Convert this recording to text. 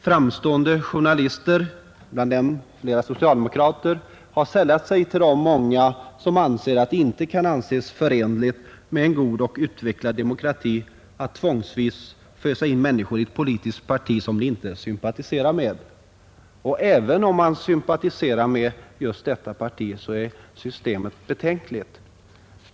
Framstående journalister — bland dem flera socialdemokrater — har sällat sig till de många som menar att det inte kan anses förenligt med en god och utvecklad demokrati att tvångsvis fösa in människor i ett politiskt parti som de inte sympatiserar med. Och även om man sympatiserar med just detta parti är systemet betänkligt.